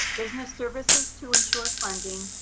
business services to ensure funding,